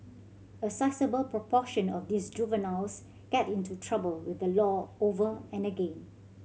a sizeable proportion of these juveniles get into trouble with the law over and again